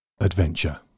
adventure